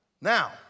Now